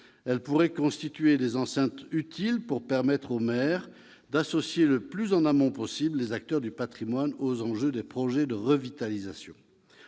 Celles-ci pourraient constituer des enceintes utiles pour permettre aux maires d'associer, le plus en amont possible, les acteurs du patrimoine aux enjeux des projets de revitalisation.